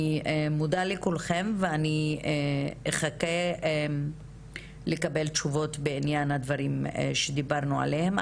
אני מודה לכולכם ואני אחכה לקבל תשובות בענין הדברים שדיברנו עליהם.